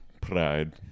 pride